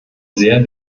sehr